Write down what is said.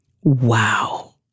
Wow